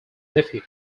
nephew